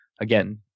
again